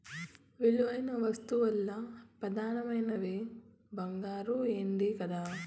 విలువైన వస్తువుల్ల పెదానమైనవి బంగారు, ఎండే కదా